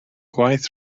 gwaith